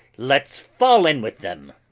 let's fall in with them.